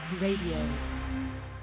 radio